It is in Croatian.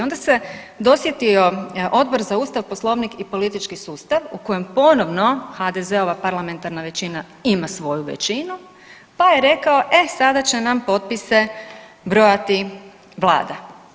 Onda se dosjetio Odbor za Ustav, Poslovnik i politički sustav u kojem ponovno HDZ-ova parlamentarna većina ima svoju većinu, pa je rekao e sada će nam potpise brojati Vlada.